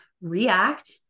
react